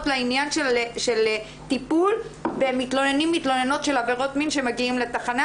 לעניין של טיפול במתלוננים/מתלוננות של עבירות מין שמגיעים לתחנה,